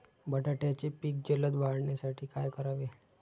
बटाट्याचे पीक जलद वाढवण्यासाठी काय करावे?